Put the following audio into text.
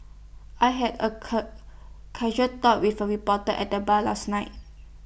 I had A casual talk with A reporter at the bar last night